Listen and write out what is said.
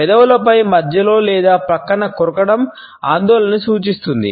పెదవులపై మధ్యలో లేదా ప్రక్కన కొరకడం ఆందోళనను సూచిస్తుంది